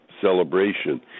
celebration